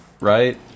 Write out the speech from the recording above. Right